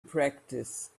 practice